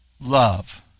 love